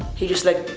he just like,